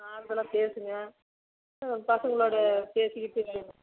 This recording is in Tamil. ஆறுதலாக பேசுங்கள் ஆ பசங்களோட பேசிக்கிட்டு